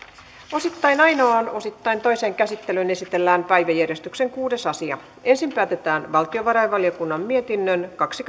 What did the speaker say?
osittain ainoaan osittain toiseen käsittelyyn esitellään päiväjärjestyksen kuudes asia ensin päätetään valtiovarainvaliokunnan mietinnön kaksi